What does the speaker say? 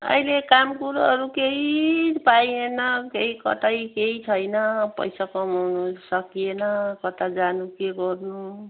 अहिले काम कुरोहरू केही पाइएन केही कतै केही छैन पैसा कमाउनु सकिएन कता जानु के गर्नु